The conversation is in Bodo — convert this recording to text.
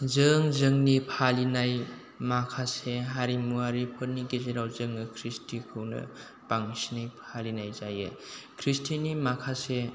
जों जोंनि फालिनाय माखासे हारिमुवारिफोरनि गेजेराव जोङो खृष्टिखौनो बांसिनै फालिनाय जायो खृष्टिनि माखासे